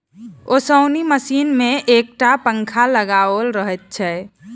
ओसौनी मशीन मे एक टा पंखा लगाओल रहैत छै